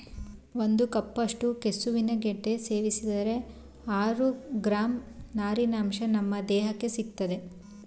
ಒಂದು ಕಪ್ನಷ್ಟು ಕೆಸುವಿನ ಗೆಡ್ಡೆ ಸೇವಿಸಿದರೆ ಆರು ಗ್ರಾಂ ನಾರಿನಂಶ ನಮ್ ದೇಹಕ್ಕೆ ಸಿಗ್ತದೆ